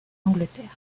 angleterre